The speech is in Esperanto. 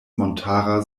montara